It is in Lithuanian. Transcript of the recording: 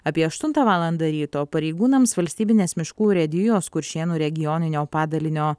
apie aštuntą valandą ryto pareigūnams valstybinės miškų urėdijos kuršėnų regioninio padalinio